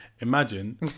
imagine